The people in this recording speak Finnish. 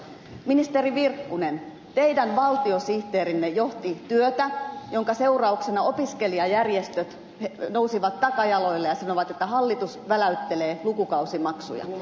ministeri virkkunen teidän valtiosihteerinne johti työtä jonka seurauksena opiskelijajärjestöt nousivat takajaloilleen ja sanoivat että hallitus väläyttelee lukukausimaksuja